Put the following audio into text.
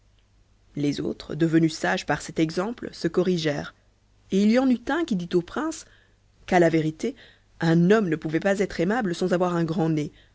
les autres devenus sages par cet exemple se corrigèrent et il y en eut un qui dit au prince qu'à la vérité un homme ne pouvait pas être aimable sans avoir un grand nez